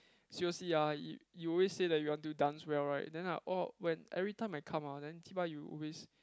seriously ah you you always say that you want to dance well right then I orh when everytime I come ah then cheebai you always